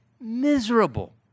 miserable